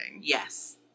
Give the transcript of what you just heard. Yes